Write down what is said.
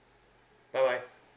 bye bye